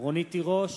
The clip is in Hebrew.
רונית תירוש,